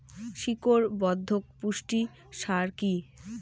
শিকড় বর্ধক পুষ্টি সার কি?